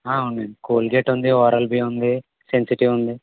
ఉందండి కోల్గేట్ ఉంది ఓరల్బి ఉంది సెన్సిటివ్ ఉంది